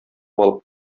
алып